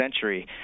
century